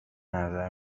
نظر